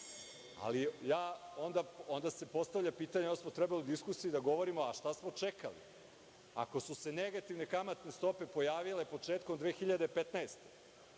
Ali, onda se postavlja pitanje i onda smo trebali u diskusiji da govorimo – a šta smo čekali? Ako su se negativne kamatne stope pojavile početkom 2015.